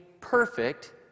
perfect